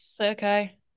okay